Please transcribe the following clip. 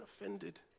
offended